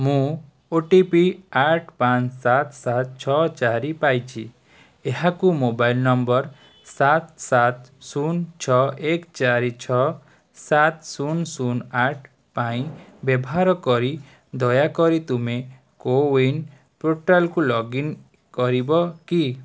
ମୁଁ O T P ଆଠ ପାଞ୍ଚ ସାତ ସାତ ଛଅ ଚାରି ପାଇଛି ଏହାକୁ ମୋବାଇଲ ନମ୍ବର ସାତ ସାତ ଶୂନ ଛଅ ଏକ ଚାରି ଛଅ ସାତ ଶୂନ ଶୂନ ଆଠ ପାଇଁ ବ୍ୟବହାର କରି ଦୟାକରି ତୁମେ କୋ ୱିନ ପୋର୍ଟାଲକୁ ଲଗ୍ ଇନ୍ କରିବ କି